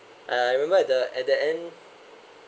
I remember at the at the end